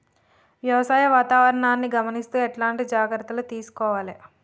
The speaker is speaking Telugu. వ్యవసాయ వాతావరణాన్ని గమనిస్తూ ఎట్లాంటి జాగ్రత్తలు తీసుకోవాలే?